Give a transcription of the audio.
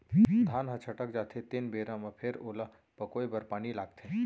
धान ह छटक जाथे तेन बेरा म फेर ओला पकोए बर पानी लागथे